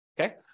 Okay